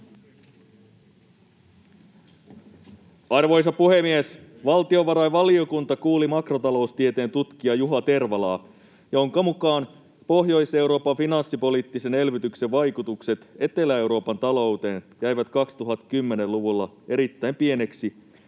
Arvoisa puhemies! Valtiovarainvaliokunta kuuli makrotaloustieteen tutkija Juha Tervalaa, jonka mukaan Pohjois-Euroopan finanssipoliittisen elvytyksen vaikutukset Etelä-Euroopan talouteen jäivät 2010-luvulla erittäin pieneksi,